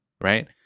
right